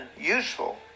useful